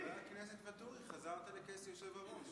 חבר הכנסת ואטורי, חזרת לכס היושב-ראש.